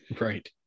Right